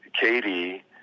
Katie